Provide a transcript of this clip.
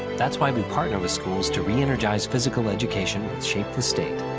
that's why we partner with schools to re-energize physical education and shape the state.